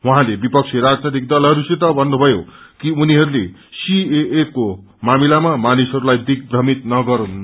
उहाँले विपक्षी राजनैतिक दलहरूसित भन्नुभयो कि उनीहरूले सीएए को मामिलामा मानिसहरूलाई दिग्प्रमित नगरून्